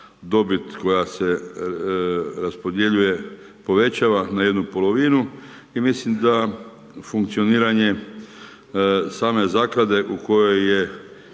dobit koja se raspodjeljuje povećava na 1/2 i mislim da funkcioniranje same zaklade u kojoj je